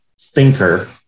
thinker